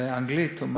באנגלית: